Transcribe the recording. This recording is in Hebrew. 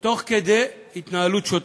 תוך כדי התנהלות שוטפת.